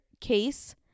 case